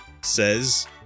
says